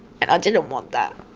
and i didn't want that.